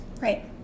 Right